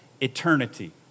eternity